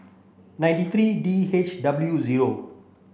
nine three D H W zero